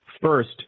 First